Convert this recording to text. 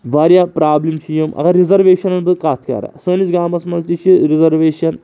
واریاہ پرابلِم چھِ یِم اگر رِزرویشَن بہٕ کَتھ کَرٕ سٲنِس گامَس منٛز تہِ چھِ رِزرویشَن